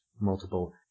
multiple